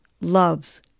Love's